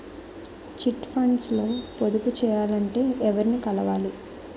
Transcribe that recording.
Chit funds లో పొదుపు చేయాలంటే ఎవరిని కలవాలి?